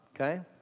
okay